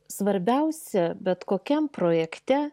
svarbiausia bet kokiam projekte